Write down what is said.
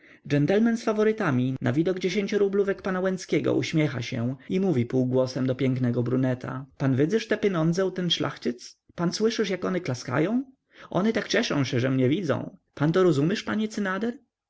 dżentelmen z faworytami na widok dziesięciorublówek pana łęckiego uśmiecha się i mówi półgłosem do pięknego bruneta pan wydzysz te pyniądze u ten szlachcic pan słyszysz jak ony klaskają ony tak czeszą szę że mnie widzą pan to rozumysz panie cynader